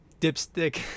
Dipstick